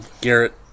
Garrett